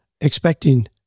expecting